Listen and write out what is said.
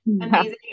Amazing